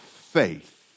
faith